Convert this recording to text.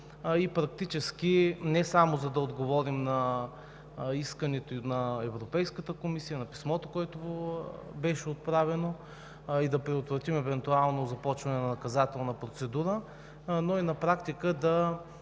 и практически не само, за да отговорим на искането и на Европейската комисия, на писмото, което беше отправено, а и да предотвратим евентуално започване на наказателна процедура, но и на практика да